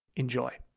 enjoy.